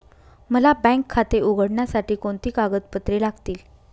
मला बँक खाते उघडण्यासाठी कोणती कागदपत्रे लागतील?